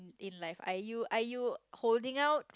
in life are you are you holding out